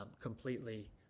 completely